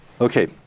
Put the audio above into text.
Okay